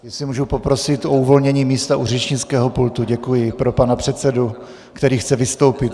Jestli můžu poprosit o uvolnění místa u řečnického pultu, děkuji, pro pana předsedu, který chce vystoupit.